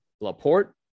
Laporte